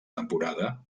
temporada